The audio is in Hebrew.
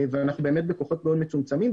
ואנחנו באמת בכוחות מאוד מצומצמים.